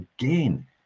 Again